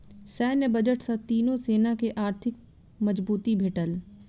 सैन्य बजट सॅ तीनो सेना के आर्थिक मजबूती भेटल